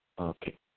Okay